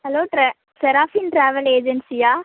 hello Dhara சராஃபின் travel ஏஜென்சியா